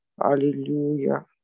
Hallelujah